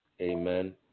Amen